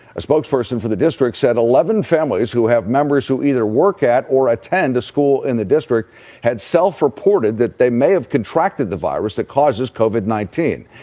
a spokesperson for the district said eleven families who have members who either work at or attend a school in the district had self-reported that they may have contracted the virus that causes covered nineteen.